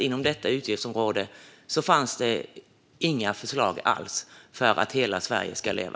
Inom detta utgiftsområde fanns det inga förslag alls för att hela Sverige ska leva.